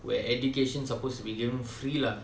where education's supposed to be given free lah